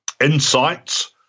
insights